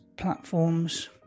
platforms